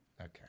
Okay